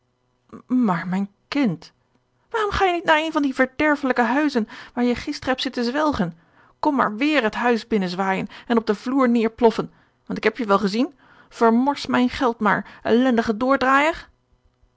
maar mijn kind waarom ga je niet naar een van die verderfelijke huizen waar je gisteren hebt zitten zwelgen kom maar weèr het huis binnen zwaaijen en op den vloer neêrploffen want ik heb je wel gezien vermors mijn geld maar ellendige